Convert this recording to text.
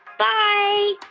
bye